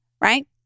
right